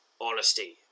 Honesty